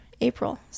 April